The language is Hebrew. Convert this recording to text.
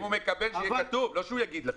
אם הוא מקבל, שיהיה כתוב ולא שהוא יגיד לך.